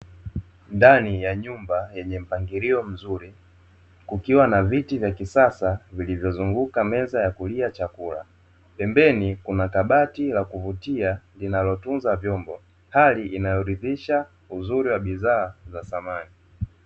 Ndani ya nyumba yenye mpangilio mzuri, kukiwa na viti vya kisasa vilivyozunguka meza ya kulia chakula,. Pembeni kuna kabati la kuvutia, linalotunza vyombo, hali inayoridhisha uzuri wa bidhaa za samani.